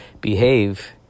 behave